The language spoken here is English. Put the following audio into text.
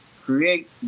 Create